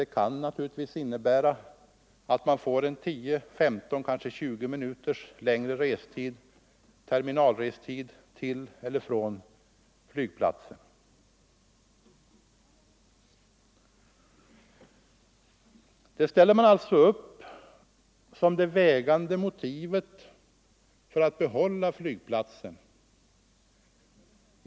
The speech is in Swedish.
Det kan naturligtvis innebära 10, 15 eller kanske 20 minuters längre restid mellan terminalen och flygplatsen, om Bromma inte får vara kvar. Detta ställer man alltså upp som det vägande motivet för att behålla Bromma flygplats.